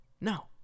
No